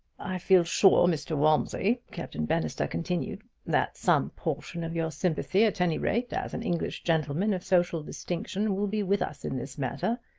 i feel sure, mr. walmsley, captain bannister continued, that some portion of your sympathy, at any rate, as an english gentleman of social distinction, will be with us in this matter.